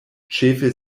ĉefe